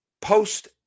post